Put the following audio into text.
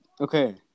okay